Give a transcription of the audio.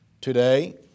today